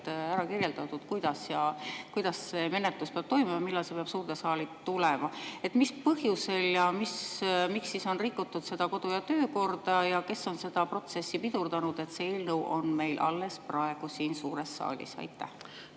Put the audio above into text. ära kirjeldatud, kuidas menetlus peab toimuma ja millal [eelnõu] peab suurde saali tulema. Mis põhjusel on rikutud kodu- ja töökorda ja kes on seda protsessi pidurdanud, et see eelnõu on meil alles praegu siin suures saalis? Aitäh!